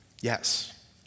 Yes